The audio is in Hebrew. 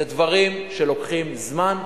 זה דברים שלוקחים זמן,